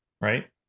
right